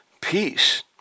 peace